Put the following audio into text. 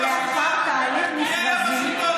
מי הקים אותו,